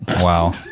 Wow